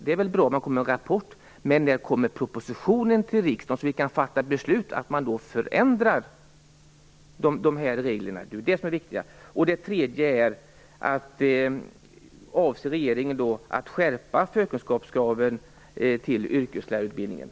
Det är väl bra att den kommer med en rapport, men när kommer propositionen till riksdagen så att vi kan fatta ett beslut om att ändra reglerna? Det är det som är det viktiga.